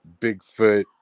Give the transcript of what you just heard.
Bigfoot